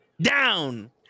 down